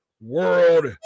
World